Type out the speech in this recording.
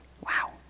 Wow